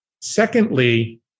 Secondly